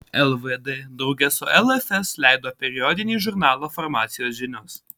lvd drauge su lfs leido periodinį žurnalą farmacijos žinios